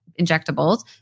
injectables